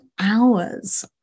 hours